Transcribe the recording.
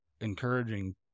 encouraging